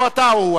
או אתה או הוא.